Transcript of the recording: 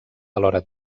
alhora